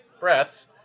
Breaths